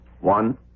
One